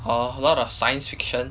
a lot of science fiction